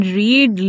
read